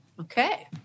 okay